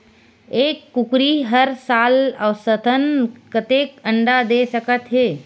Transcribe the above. एक कुकरी हर साल औसतन कतेक अंडा दे सकत हे?